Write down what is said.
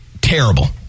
terrible